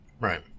Right